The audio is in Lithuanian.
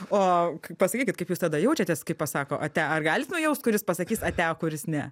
o pasakykit kaip jūs tada jaučiatės kai pasako ate ar galit nujausti kuris pasakys atia kuris ne